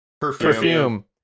Perfume